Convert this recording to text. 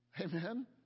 Amen